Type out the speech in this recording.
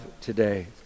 today